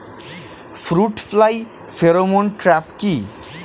Fruit fly pheromone trap কি?